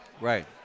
Right